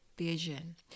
vision